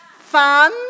Fun